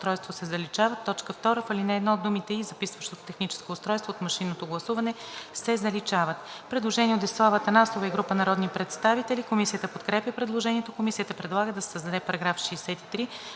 Предложение от Десислава Атанасова и група народни представители. Комисията подкрепя предложението. Комисията предлага да се създаде § 63: „§ 63.